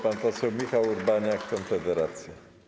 Pan poseł Michał Urbaniak, Konfederacja.